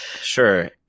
Sure